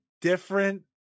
different